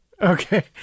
Okay